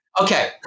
Okay